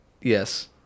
Yes